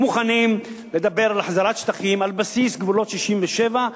ומוכנים לדבר על החזרת שטחים על בסיס גבולות 1967,